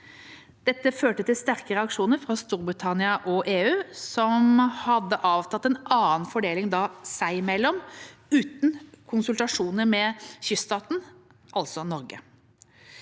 Dette førte til sterke reaksjoner fra Storbritannia og EU, som hadde avtalt en annen fordeling seg imellom – uten konsultasjon med kyststaten, altså Norge.